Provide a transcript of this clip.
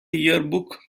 yearbook